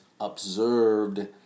observed